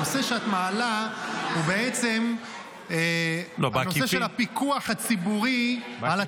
הנושא שאת מעלה הוא בעצם הנושא של הפיקוח הציבורי על התכנים.